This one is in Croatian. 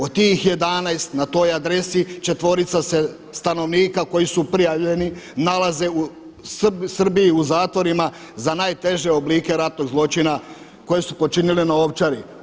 Od tih 11 na toj adresi četvorica se stanovnika koji su prijavljeni nalaze u Srbiji u zatvorima za najteže oblike ratnog zločina koje su počinili na Ovčari.